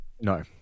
no